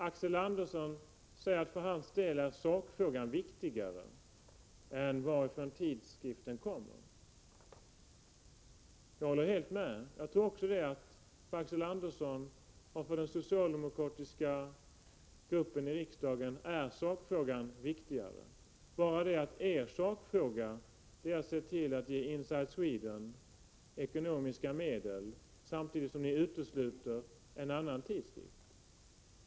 Axel Andersson säger att: för hans del är sakfrågan viktigare än frågan varifrån tidskriften kommer. Jag håller helt med — jag tror också att sakfrågan är viktigare för Axel Andersson och den socialdemokratiska gruppen i riksdagen. Det är bara det att er sakfråga är att se till att ge Inside Sweden ekonomiska medel, samtidigt som ni utesluter en annan tidskrift.